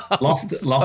Lost